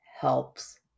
helps